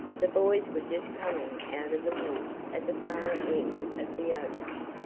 the boys were just coming out of the woods at the far end of the oaks.